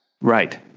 Right